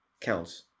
counts